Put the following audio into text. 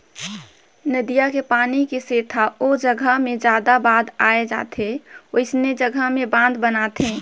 नदिया के पानी के सेथा ओ जघा मे जादा बाद आए जाथे वोइसने जघा में बांध बनाथे